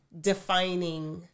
defining